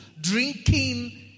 drinking